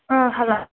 ꯑꯥ hello